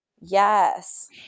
yes